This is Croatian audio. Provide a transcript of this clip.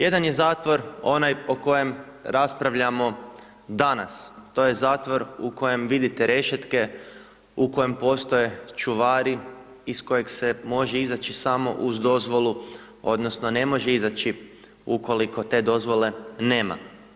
Jedan je zatvor onaj o kojem raspravljamo danas, to je zatvor u kojem vidite rešetke, u kojem postoje čuvari, iz kojeg se može izaći samo uz dozvolu, odnosno ne može izaći ukoliko te dozvole nema.